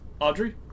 Audrey